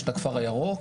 יש את הכפר הירוק.